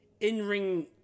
in-ring